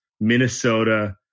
Minnesota